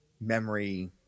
memory